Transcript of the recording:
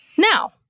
Now